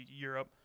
Europe